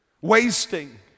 Wasting